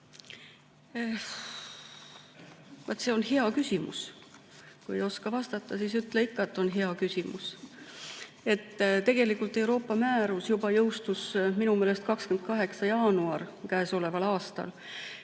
see on hea küsimus – kui ei oska vastata, siis ütle ikka, et on hea küsimus. Tegelikult Euroopa määrus jõustus minu meelest juba 28. jaanuaril. Aga